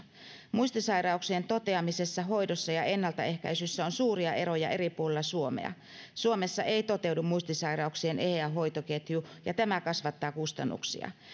muistisairauksien toteamisessa hoidossa ja ennaltaehkäisyssä on suuria eroja eri puolilla suomea suomessa ei toteudu muistisairauksien eheä hoitoketju ja tämä kasvattaa kustannuksia